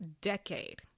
decade